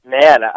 Man